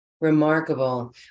Remarkable